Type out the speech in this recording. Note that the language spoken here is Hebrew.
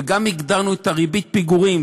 וגם הגדרנו את ריבית הפיגורים,